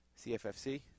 CFFC